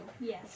Yes